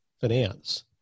Finance